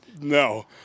No